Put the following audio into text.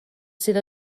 sydd